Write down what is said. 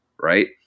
right